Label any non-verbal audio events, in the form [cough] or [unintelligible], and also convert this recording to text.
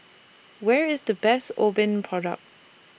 Where IS The Best [unintelligible] Product